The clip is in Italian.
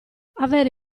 avere